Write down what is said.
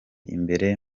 imbere